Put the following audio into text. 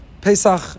Pesach